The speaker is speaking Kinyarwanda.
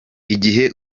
igihe